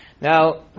Now